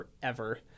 forever